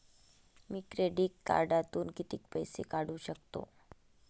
मी credit कार्डातून किती पैसे काढू शकतो?